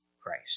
Christ